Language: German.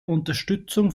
unterstützung